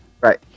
Right